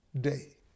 Day